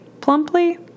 Plumply